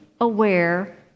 aware